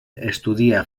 estudia